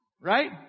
right